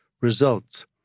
results